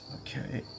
okay